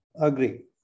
Agree